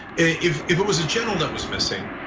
if if it was a general that was missing,